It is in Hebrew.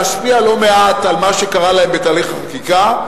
להשפיע לא מעט על מה שקרה להם בתהליך החקיקה,